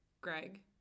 Greg